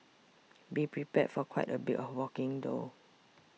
be prepared for quite a bit of walking though